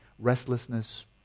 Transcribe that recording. restlessness